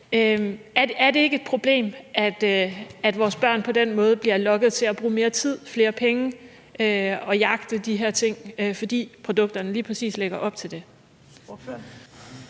Er det ikke et problem, at vores børn på den måde bliver lokket til at bruge mere tid og flere penge og jagte de her ting, fordi produkterne lige præcis lægger op til det?